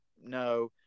No